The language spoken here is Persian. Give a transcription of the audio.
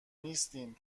نیستم